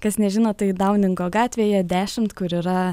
kas nežino tai dauningo gatvėje dešimt kur yra